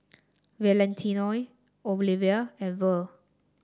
Valentino Oliva and Verl